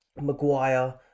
Maguire